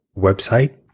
website